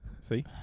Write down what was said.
see